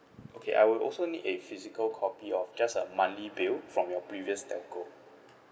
okay I will also need a physical copy of just a monthly bill from your previous telco